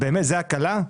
זה הקלה?